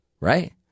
right